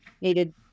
needed